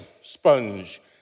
sponge